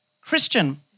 Christian